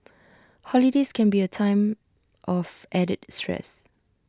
holidays can be A time of added stress